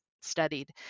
studied